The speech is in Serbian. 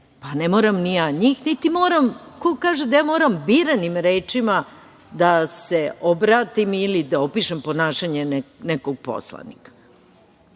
pa ne moram ni ja njih, niti moram. Ko kaže da ja moram biranim rečnima da se obratim ili da opišem ponašanje nekog poslanika?